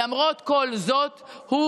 למרות כל זאת הוא